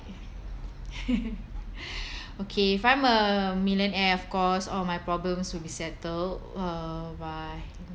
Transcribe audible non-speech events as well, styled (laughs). (laughs) okay if I'm a millionaire of course all my problems will be settled uh by